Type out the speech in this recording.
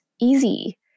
easy